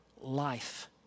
life